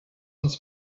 uns